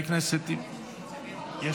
חבר הכנסת --- תודה רבה, אדוני השר.